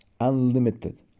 unlimited